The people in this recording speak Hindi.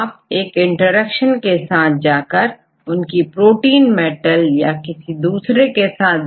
आप एक इंटरेक्शंस के साथ जाकर उनकी प्रोटीन मेटल या किसी दूसरे के साथ बाइंडिंग देख सकते हो